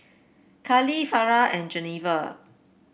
Karlee Farrah and Geneva